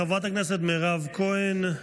חברת הכנסת מירב כהן,